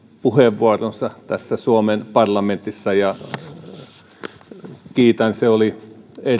puheenvuoronsa tässä suomen parlamentissa ja kiitän se oli